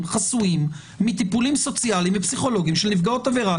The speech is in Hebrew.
חסויים מטיפולים סוציאליים ופסיכולוגיים של נפגעות עבירה.